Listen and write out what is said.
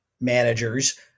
managers